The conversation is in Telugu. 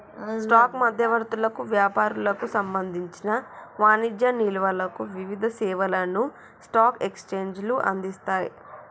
స్టాక్ మధ్యవర్తులకు, వ్యాపారులకు సంబంధించిన వాణిజ్య నిల్వలకు వివిధ సేవలను స్టాక్ ఎక్స్చేంజ్లు అందిస్తయ్